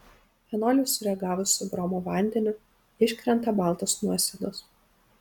fenoliui sureagavus su bromo vandeniu iškrenta baltos nuosėdos